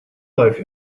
life